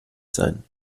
sein